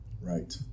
right